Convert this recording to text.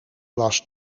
was